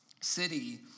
city